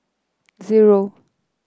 zero